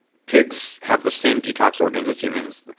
pigs have the same detox organs as humans.